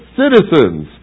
citizens